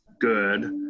good